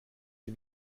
sie